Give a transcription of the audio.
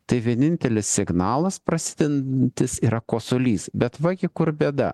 tai vienintelis signalas prasidedantis yra kosulys bet va gi kur bėda